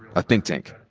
a think tank.